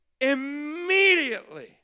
immediately